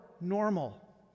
normal